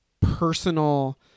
personal